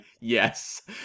Yes